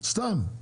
סתם.